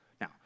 Now